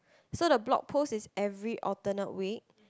so the blog posts is every alternate week